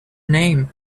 name